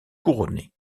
couronnée